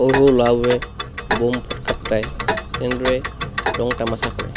সৰু সৰু ল'ৰাবোৰে বম ফটকা ফুটাই তেনেদৰে ৰং তামাচা কৰে